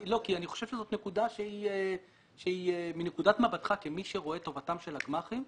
אני חושב שזאת נקודה שמנקודת מבטך כמי שרואה את טובתם של הגמ"חים,